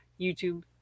youtube